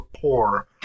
poor